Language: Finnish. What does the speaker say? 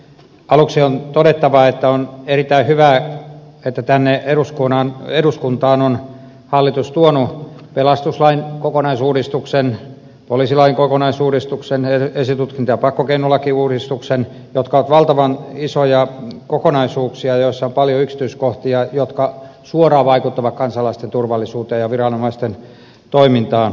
aluksi on todettava että on erittäin hyvä että tänne eduskuntaan on hallitus tuonut pelastuslain kokonaisuusuudistuksen poliisilain kokonaisuudistuksen esitutkinta ja pakkokeinolakiuudistuksen jotka ovat valtavan isoja kokonaisuuksia ja joissa on paljon yksityiskohtia jotka suoraan vaikuttavat kansalaisten turvallisuuteen ja viranomaisten toimintaan